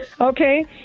Okay